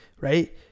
right